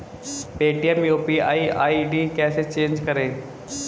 Paytm UPI ID कैसे change करें?